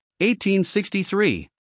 1863